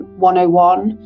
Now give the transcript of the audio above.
101